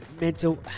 mental